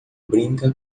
brinca